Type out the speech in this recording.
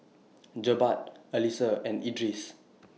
Jebat Alyssa and Idris